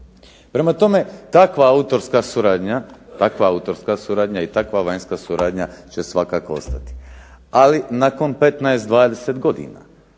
Prema tome, takva autorska suradnja i takva vanjska suradnja će svakako ostati. Ali nakon 15, 20 godina